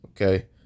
Okay